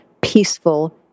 peaceful